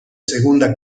segunda